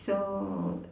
so